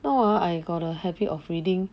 now ah I got a habit of reading